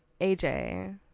AJ